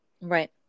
right